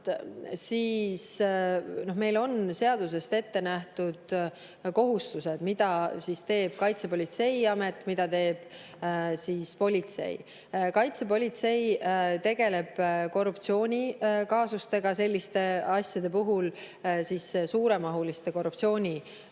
et meil on seaduses ette nähtud kohustused, mida teeb Kaitsepolitseiamet, mida teeb politsei. Kaitsepolitsei tegeleb korruptsioonikaasustega selliste asjade puhul, suuremahuliste korruptsioonikaasustega.